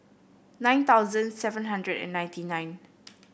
nine thousand seven hundred and ninety nine